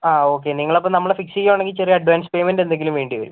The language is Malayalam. ഓക്കെ നിങ്ങളപ്പോൾ നമ്മളെ ഫിക്സ് ചെയ്യാണെങ്കിൽ ചെറിയ അഡ്വാൻസ് പേയ്മെന്റ് എന്തെങ്കിലും വേണ്ടിവരും